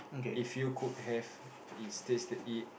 if you could have it states the it